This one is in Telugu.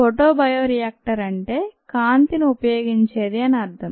ఫోటో బయోరియాక్టరు అంటే కాంతిని ఉపయోగించేది అని అర్థం